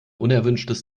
unerwünschtes